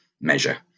measure